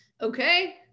Okay